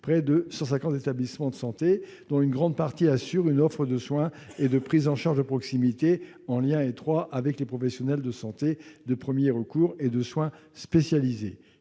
près de 150 cinquante établissements de santé, dont une grande partie assure pourtant une offre de soins et de prise en charge de proximité, en lien étroit avec les professionnels de santé de premier recours et de soins spécialisés.